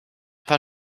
paar